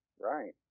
Right